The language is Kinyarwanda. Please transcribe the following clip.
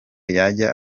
yajya